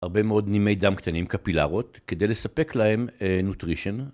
הרבה מאוד נימי דם קטנים, קפילרות, כדי לספק להם נוטרישן.